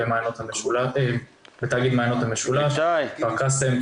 בתאגיד מעיינות המשולש: כפר קאסם,